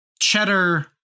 Cheddar